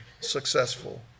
successful